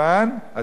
אתם מתקיימים,